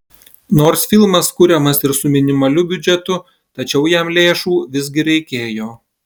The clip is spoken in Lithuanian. nors filmas kuriamas ir su minimaliu biudžetu tačiau jam lėšų visgi reikėjo